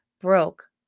broke